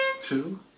two